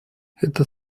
это